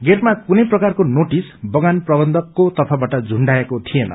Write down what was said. गेटमा कुनै प्राकारको नोटिस बगान प्रबन्धकको तर्फबाट झुण्डईएको थिएन